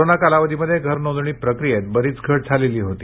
corona कालावधीमध्ये घरनोंदणी प्रक्रियेमध्ये बरीच घट झालेली होती